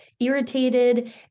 irritated